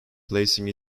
placing